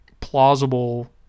plausible